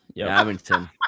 abington